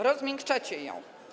Rozmiękczacie ją.